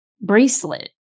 bracelet